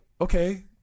Okay